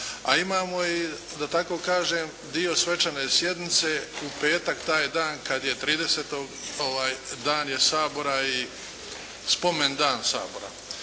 a imamo i, da tako kažem, dio svečane sjednice u petak taj dan kada je tridesetog, dan je Sabora i spomendan Sabora,